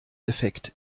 effekt